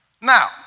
Now